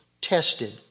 tested